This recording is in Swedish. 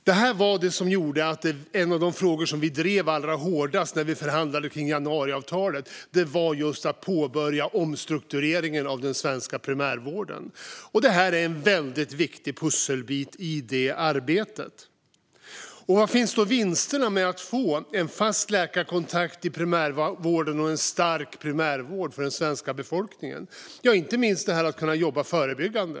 Det här gjorde att en av de frågor som vi drev allra hårdast när vi förhandlade kring januariavtalet var just att påbörja omstruktureringen av den svenska primärvården. Det här är en väldigt viktig pusselbit i det arbetet. Var finns då vinsterna med att få en fast läkarkontakt i primärvården och en stark primärvård för den svenska befolkningen? Det handlar inte minst om att kunna jobba förebyggande.